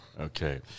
Okay